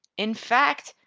in fact,